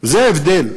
זה ההבדל.